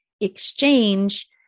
exchange